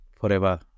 forever